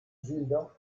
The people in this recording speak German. sünder